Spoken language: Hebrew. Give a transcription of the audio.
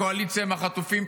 הקואליציה עם החטופים,